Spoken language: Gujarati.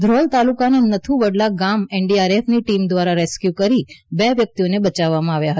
ધ્રોલ તાલુકાના નથુવડલા ગામ એનડીઆરએફ ની ટીમ દ્વારા રેસ્ક્વું કરી બે વ્યક્તિઓને બયાવવામાં આવ્યા હતા